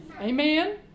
Amen